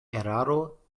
eraro